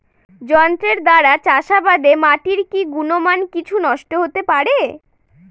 যন্ত্রের দ্বারা চাষাবাদে মাটির কি গুণমান কিছু নষ্ট হতে পারে?